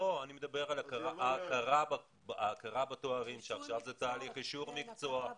אני מדבר על הכרה בתארים ועכשיו זה תהליך אישור מקצוע,